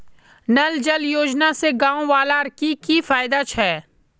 नल जल योजना से गाँव वालार की की फायदा छे?